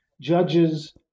judges